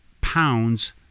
pounds